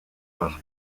par